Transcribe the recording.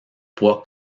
poids